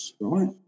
right